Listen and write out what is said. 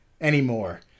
anymore